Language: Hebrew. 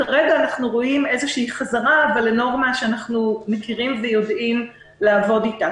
כרגע אנחנו רואים איזו חזרה לנורמה שאנחנו מכירים ויודעים לעבוד איתה.